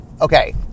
Okay